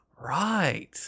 Right